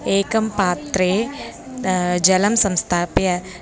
एकं पात्रे जलं संस्थाप्य